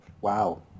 wow